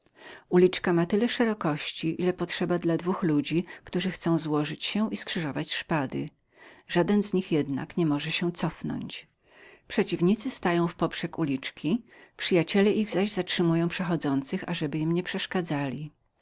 uliczka ma tyle szerokości ile potrzeba dla dwóch ludzi chcących złożyć się i skrzyżować szpady żaden z nich jednak nie może się cofnąć przeciwnicy stają w poprzek uliczki przyjaciele ich zaś zatrzymują przechodzących ażeby im nie przeszkadzali